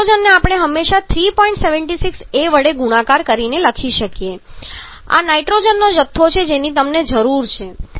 76 a વડે ગુણાકાર કરીને લખી શકીએ છીએ આ નાઇટ્રોજનનો જથ્થો છે જેની તમને જરૂર છે